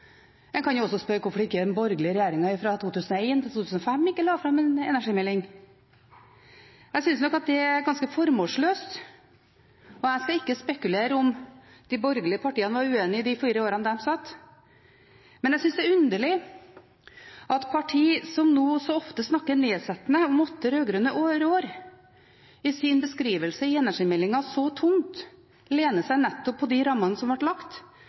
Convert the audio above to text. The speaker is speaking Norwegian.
en energimelding. En kan jo også spørre hvorfor den borgerlige regjeringen i 2001–2005 ikke la fram en energimelding. Jeg synes nok at det er ganske formålsløst. Jeg skal ikke spekulere i om de borgerlige partiene var uenige i de fire årene de satt, men jeg synes det er underlig at partier som nå så ofte snakker nedsettende om åtte rød-grønne år, i sin beskrivelse i energimeldingen så tungt lener seg nettopp på de rammene som ble lagt